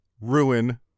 ruin